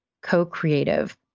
co-creative